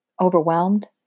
overwhelmed